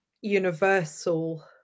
universal